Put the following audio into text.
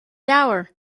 leabhair